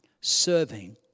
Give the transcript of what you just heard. serving